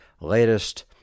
latest